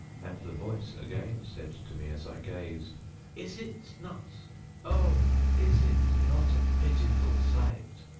and the voice again said to me as i gazed is it not oh! is it not a pitiful sight?